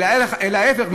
אלא ההפך,